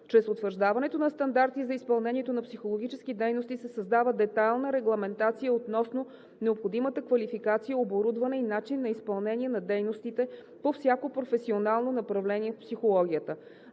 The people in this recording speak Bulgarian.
Чрез утвърждаването на стандарти за изпълнението на психологически дейности се създава детайлна регламентация относно необходимата квалификация, оборудване и начин на изпълнение на дейностите по всяко професионално направление в психологията.